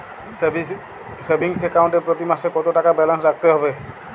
Savings account এ প্রতি মাসে কতো টাকা ব্যালান্স রাখতে হবে?